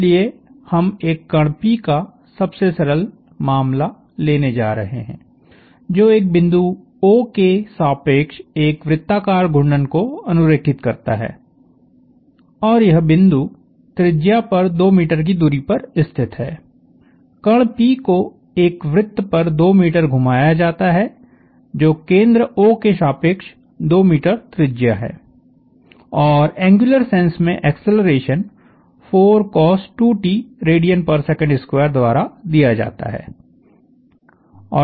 इसलिए हम एक कण P का सबसे सरल मामला लेने जा रहे हैं जो एक बिंदु O के सापेक्ष एक वृत्ताकार घूर्णन को अनुरेखित करता है और यह बिंदु त्रिज्या पर 2 मीटर की दूरी पर स्थित है कण P को एक वृत्त पर 2 मीटर घुमाया जाता है जो केंद्र O के सापेक्ष 2 मीटर त्रिज्या है और एंग्युलर सेंस में एक्सेलरेशन 4 cos2t rads2द्वारा दिया जाता है